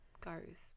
goes